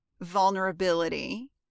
vulnerability